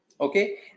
Okay